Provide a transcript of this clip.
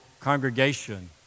congregation